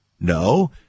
No